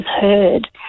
heard